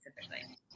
specifically